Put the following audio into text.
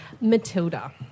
Matilda